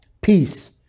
peace